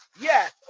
Yes